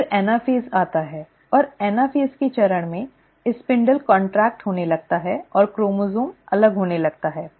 फिर एनाफ़ेज़ आता है और एनाफ़ेज़ के चरण में स्पिंडल सिकुड़ने लगता है और क्रोमोसोम् अलग होने लगता है